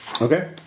Okay